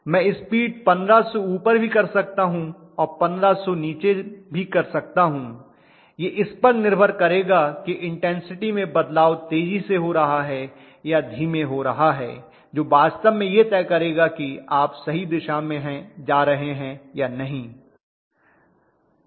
मैं स्पीड 1500 से ऊपर भी कर सकता हूँ और 1500 से नीचे भी कर सकता हूँ यह इस पर पर निर्भर करेगा कि इन्टेन्सिटी में बदलाव तेज़ी से हो रहा है या धीमे हो रहा है जो वास्तव में यह तय करेगा कि आप सही दिशा में जा रहे हैं या नहीं